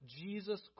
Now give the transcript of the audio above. Jesus